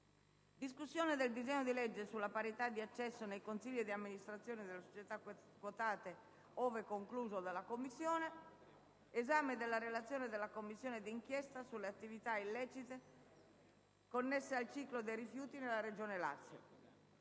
discussione del disegno di legge sulla parità di accesso nei consigli di amministrazione delle società quotate, ove concluso dalla Commissione; esame della Relazione della Commissione di inchiesta sulle attività illecite connesse al ciclo dei rifiuti nella Regione Lazio.